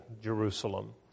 Jerusalem